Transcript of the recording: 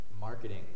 marketing